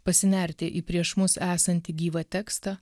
pasinerti į prieš mus esantį gyvą tekstą